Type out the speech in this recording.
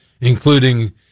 including